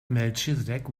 melchizedek